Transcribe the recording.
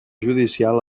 judicial